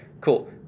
cool